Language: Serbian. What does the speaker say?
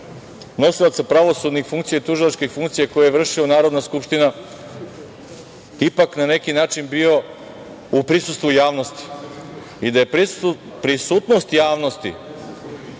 nosilaca pravosudnih funkcija i tužilačkih funkcija koje je vršila Narodna skupština ipak na neki način bio u prisustvu javnosti i da je prisutnost javnosti